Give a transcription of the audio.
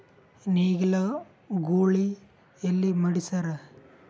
ನೇಗಿಲ ಗೂಳಿ ಎಲ್ಲಿ ಮಾಡಸೀರಿ?